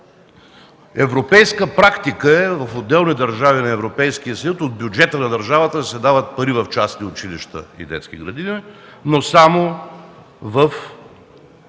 европейска практика е в отделни държави на Европейския съюз от бюджета на държавата да се дават пари в частни училища и детски градини, но само в